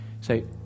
say